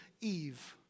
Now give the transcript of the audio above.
Eve